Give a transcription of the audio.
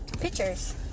pictures